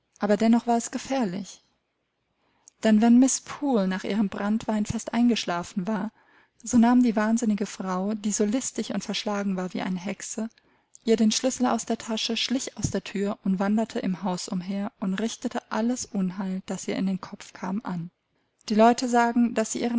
aber dennoch war es gefährlich denn wenn mrs poole nach ihrem brantwein fest eingeschlafen war so nahm die wahnsinnige frau die so listig und verschlagen war wie eine hexe ihr den schlüssel aus der tasche schlich aus der thür und wanderte im hause umher und richtete alles unheil das ihr in den kopf kam an die leute sagen daß sie